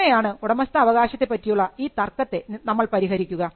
എങ്ങിനെയാണ് ഉടമസ്ഥാവകാശത്തേപ്പറ്റിയുള്ള ഈ തർക്കത്തെ നമ്മൾ പരിഹരിക്കുക